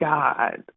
God